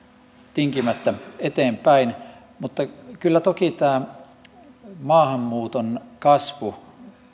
tinkimättä eteenpäin mutta kyllä toki tämä maahanmuuton kasvu